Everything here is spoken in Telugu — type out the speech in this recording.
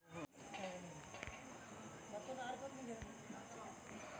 యు.పి.ఐ ద్వారా పేమెంట్ చేస్తే ఎంత సేపటిలో డబ్బులు డిపాజిట్ అవుతాయి?